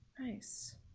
nice